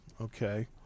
Okay